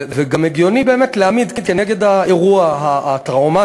וגם הגיוני באמת להעמיד נגד האירוע הטראומטי,